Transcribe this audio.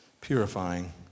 purifying